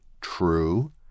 true